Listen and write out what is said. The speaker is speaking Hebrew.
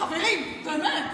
חברים, באמת.